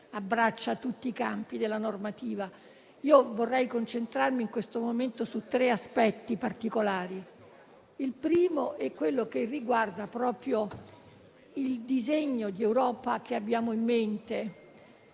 abbraccia tutti i campi della normativa. Vorrei concentrarmi in questo momento su tre aspetti particolari, il primo dei quali riguarda proprio il disegno di Unione europea che abbiamo in mente.